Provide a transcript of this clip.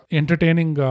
entertaining